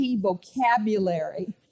vocabulary